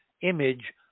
image